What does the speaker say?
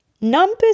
numbers